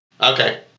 Okay